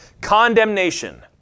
condemnation